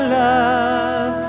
love